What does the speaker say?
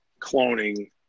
cloning